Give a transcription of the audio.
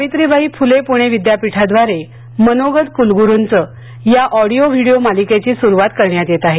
सावित्रीबाई फुले पूणे विद्यापीठाद्वारे मनोगतकुलगुरूंचे या ऑडीओ व्हिडिओ मालिकेची सुरुवात करण्यात येत आहे